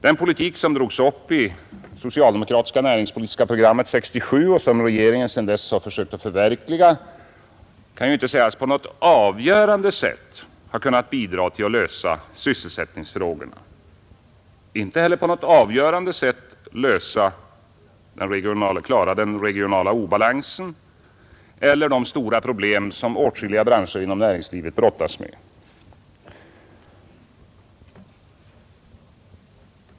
Den politik som drogs upp i det socialdemokratiska näringspolitiska programmet 1967 och som regeringen sedan dess har försökt förverkliga kan ju inte sägas på något avgörande sätt ha kunnat bidra till att lösa sysselsättningsfrågorna och inte heller på något avgörande sätt klara den regionala obalansen eller de stora problem som åtskilliga branscher inom näringslivet brottas med.